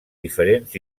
diferents